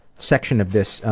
section of this.